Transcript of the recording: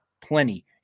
plenty